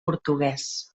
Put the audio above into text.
portuguès